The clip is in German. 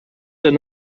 eine